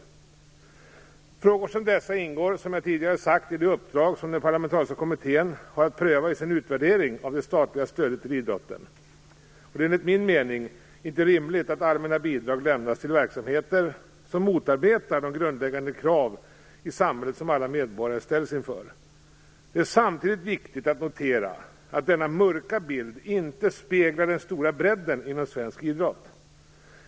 Att pröva frågor som dessa ingår som jag tidigare sagt i det uppdrag som den parlamentariska kommittén har när det gäller utvärderingen av det statliga stödet till idrotten. Det är enligt min mening inte rimligt att allmänna bidrag lämnas till verksamheter som motarbetar de grundläggande krav i samhället som alla medborgare ställs inför. Det är samtidigt viktigt att notera att denna mörka bild inte speglar den stora bredden inom svensk idrott.